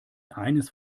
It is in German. eines